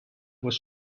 was